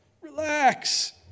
Relax